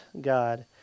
God